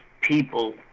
people